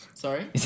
Sorry